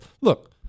look